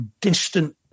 distant